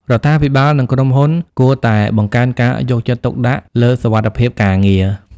រដ្ឋាភិបាលនិងក្រុមហ៊ុនគួរតែបង្កើនការយកចិត្តទុកដាក់លើសុវត្ថិភាពការងារ។